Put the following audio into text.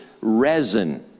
resin